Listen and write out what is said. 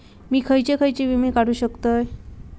मी खयचे खयचे विमे काढू शकतय?